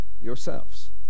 yourselves